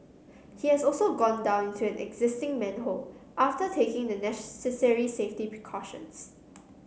he has also gone down into an existing manhole after taking the necessary safety precautions